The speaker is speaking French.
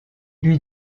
lui